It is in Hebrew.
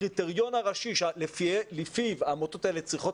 הקריטריון הראשי שלפיו העמותות האלה צריכות